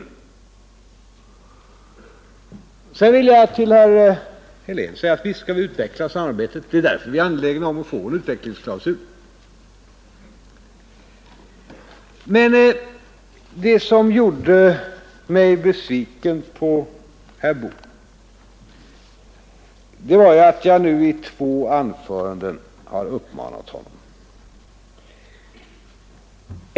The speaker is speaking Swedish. I det sammanhanget vill jag säga till herr Helén att vi visst skall utveckla samarbetet; det är därför vi är angelägna om att få en utvecklingsklausul. Det som gjort mig besviken på herr Bohman är att jag i två anföranden har uppmanat honom att ge mig besked.